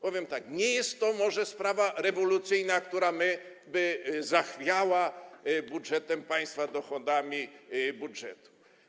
Powiem tak: nie jest to może sprawa rewolucyjna, która by zachwiała budżetem państwa, dochodami budżetu.